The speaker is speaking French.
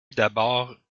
d’abord